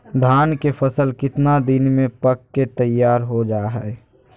धान के फसल कितना दिन में पक के तैयार हो जा हाय?